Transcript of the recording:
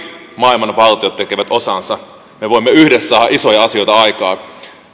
maailman valtiot tekevät osansa me voimme yhdessä saada isoja asioita aikaan